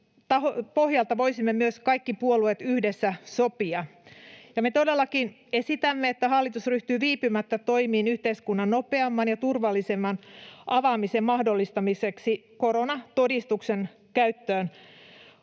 pohjalta voisimme myös kaikki puolueet yhdessä siitä sopia. Me todellakin esitämme, että hallitus ryhtyy viipymättä toimiin yhteiskunnan nopeamman ja turvallisemman avaamisen mahdollistamiseksi koronatodistuksen